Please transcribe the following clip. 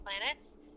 planets